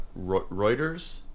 Reuters